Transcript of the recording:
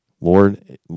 Lord